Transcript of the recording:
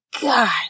God